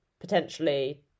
potentially